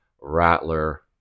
Rattler